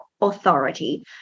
authority